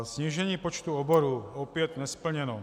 Snížení počtu oborů opět nesplněno.